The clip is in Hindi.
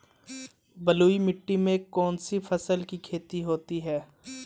बलुई मिट्टी में कौनसी फसल की खेती होती है?